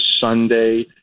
Sunday